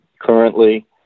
Currently